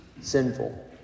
sinful